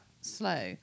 slow